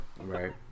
Right